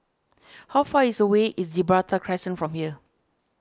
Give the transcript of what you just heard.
how far is away is Gibraltar Crescent from here